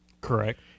Correct